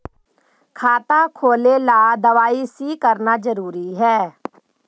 खाता खोले ला के दवाई सी करना जरूरी है?